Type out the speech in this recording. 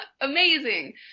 amazing